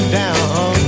down